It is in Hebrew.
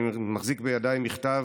אני מחזיק בידיי מכתב,